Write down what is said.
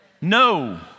No